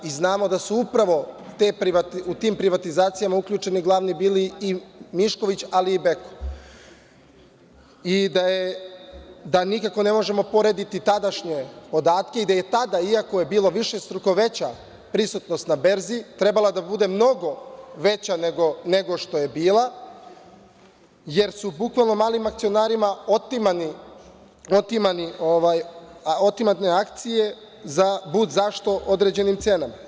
I znamo da su upravo u tim privatizacijama glavni bili uključeni Mišković, ali i Beko, i da nikako ne možemo porediti tadašnje podatke i da je tada, iako je bilo višestruko veća prisutnost na berzi, trebalo je da bude mnogo veća nego što je bila, jer su bukvalno malim akcionarima otimane akcije za budzašto određenim cenama.